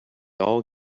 all